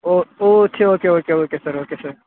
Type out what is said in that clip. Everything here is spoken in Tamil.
ஓ ஓ சரி okay okay okay sir okay sir